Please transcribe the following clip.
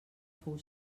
fou